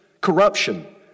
Corruption